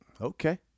Okay